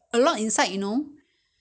通常是里面很多个的